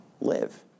live